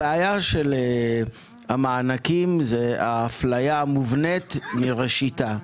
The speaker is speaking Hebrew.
הבעיה של המענקים זאת האפליה המובנית מראשיתה.